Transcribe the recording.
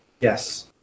Yes